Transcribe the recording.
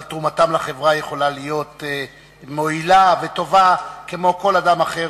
אבל תרומתם לחברה יכולה להיות מועילה וטובה כמו כל אדם אחר,